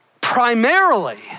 primarily